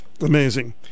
amazing